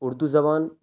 اردو زبان